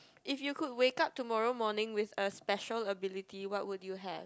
if you could wake up tomorrow morning with a special ability what would you have